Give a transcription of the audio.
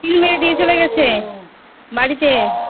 seal মেরে দিয়ে চলে গেছে বাড়িতে